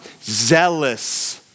zealous